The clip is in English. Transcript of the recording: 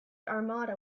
armada